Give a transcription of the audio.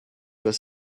was